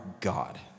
God